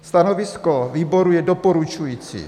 Stanovisko výboru je doporučující.